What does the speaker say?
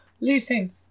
listen